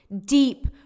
deep